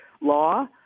law